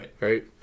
Right